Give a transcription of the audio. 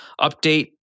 update